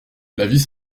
l’avis